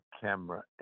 camera